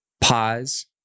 pause